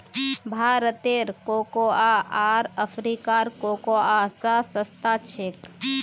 भारतेर कोकोआ आर अफ्रीकार कोकोआ स सस्ता छेक